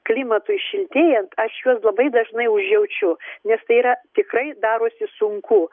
klimatui šiltėjant aš juos labai dažnai užjaučiu nes tai yra tikrai darosi sunku